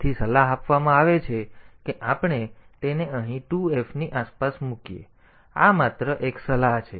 તેથી સલાહ આપવામાં આવે છે કે આપણે તેને અહીં 2F ની આસપાસ મૂકીએ આ માત્ર એક સલાહ છે